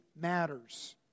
matters